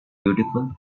beautiful